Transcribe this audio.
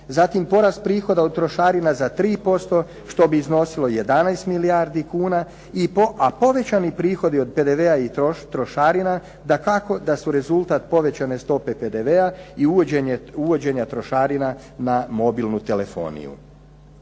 Zatim porast prihoda od trošarina za 3% što bi iznosilo 11 milijardi kuna, a povećani prihodi od PDV-a i trošarina dakako da su rezultat povećane stope PDV-a i uvođenja trošarina na mobilnu telefoniju.